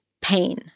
pain